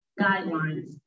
guidelines